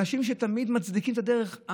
אנשים שתמיד מצדיקים את הדרך.